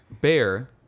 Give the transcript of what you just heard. bear